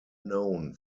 known